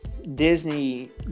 Disney